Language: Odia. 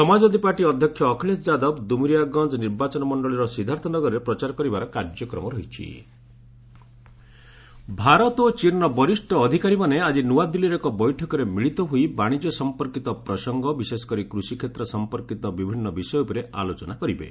ସମାଜବାଦୀ ପାର୍ଟି ଅଧ୍ୟକ୍ଷ ଅଖିଲେଶ ଯାଦବ ଦୁମୁରିଆଗଞ୍ଜ ନିର୍ବାଚନ ମଣ୍ଡଳୀର ସିଦ୍ଧାର୍ଥନଗରରେ ପ୍ରଚାର କରିବାର କାର୍ଯ୍ୟକ୍ରମ ରହିଛି ଇଣ୍ଡିଆ ଚାଇନା ଟ୍ରେଡ ଭାରତ ଓ ଚୀନର ବରିଷ୍ଣ ଅଧିକାରୀମାନେ ଆଜି ନୂଆଦିଲ୍ଲୀରେ ଏକ ବୈଠକରେ ମିଳିତ ହୋଇ ବାଶିଜ୍ୟ ସମ୍ପର୍କୀତ ପ୍ରସଙ୍ଗ ବିଶେଷକରି କୃଷିକ୍ଷେତ୍ର ସମ୍ପର୍କିତ ବିଭିନ୍ନ ବିଷୟ ଉପରେ ଆଲୋଚନା କରିବେ